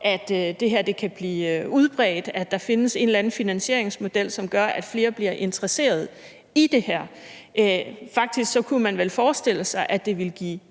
at det her kan blive udbredt – at der findes en eller anden finansieringsmodel, som gør, at flere bliver interesseret i det her. Faktisk kunne man forestille sig, at det ville give